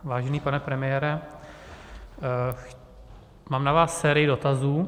Vážený pane premiére, mám na vás sérii dotazů.